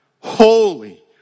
holy